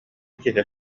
киһи